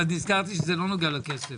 אבל נזכרתי שזה לא נוגע לכסף.